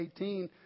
18